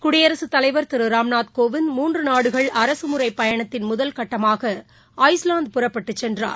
குடியரசுத் தலைவர் திரு ராம்நாத் கோவிந்த் மூன்று நாடுகள் அரசு முறைப்பயணத்தின் முதல்கட்டமாக ஐஸ்லாந்து புறப்பட்டுச் சென்றார்